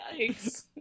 yikes